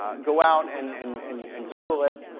ah go out and and and and google it,